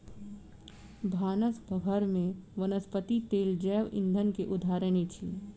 भानस घर में वनस्पति तेल जैव ईंधन के उदाहरण अछि